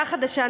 ועדה חדשה,